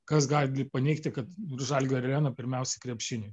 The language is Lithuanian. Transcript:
kas gali paneigti kad žalgirio arena pirmiausia krepšiniui